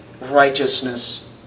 righteousness